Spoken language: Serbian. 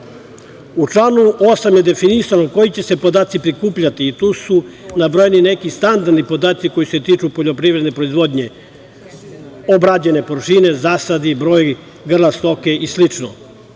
članu 8. je definisano koji će se podaci prikupljati. Tu su nabrojani neki standardni podaci koji se tiču poljoprivredne proizvodnje - obrađene površine, zasadi, broj grla stoke i sl.